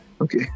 Okay